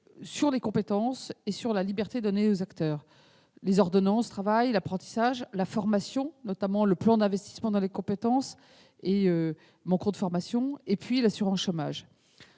sur les compétences et la liberté donnée aux acteurs : les ordonnances Travail, l'apprentissage, la formation- notamment le plan d'investissement dans les compétences et « Mon compte formation »-, l'assurance chômage.